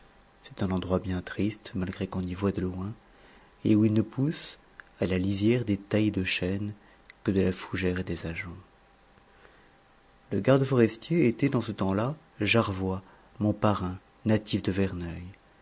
c'est un endroit bien triste malgré qu'on y voie de loin et où il ne pousse à la lisière des taillis de chêne que de la fougère et des ajoncs le garde forestier était dans ce temps-là jarvois mon parrain natif de verneuil